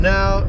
Now